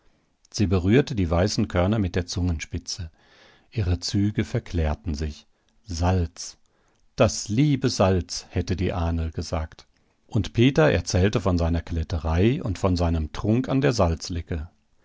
sie berührte die weißen körner mit der zungenspitze ihre züge verklärten sich salz das liebe salz hätte die ahnl gesagt und peter erzählte von seiner kletterei und von seinem trunk an der